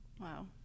wow